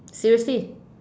seriously